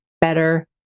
better